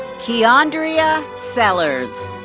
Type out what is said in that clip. keyondria sellers.